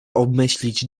obmyślić